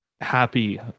happy